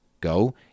Go